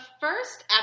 first